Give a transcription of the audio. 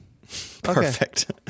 Perfect